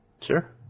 Sure